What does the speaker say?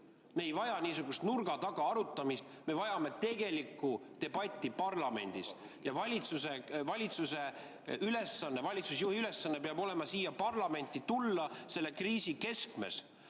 Me ei vaja niisugust nurga taga arutamist, me vajame tegelikku debatti parlamendis. Valitsuse ülesanne, valitsusjuhi ülesanne peab olema siia parlamenti tulla selle kriisi keskmes,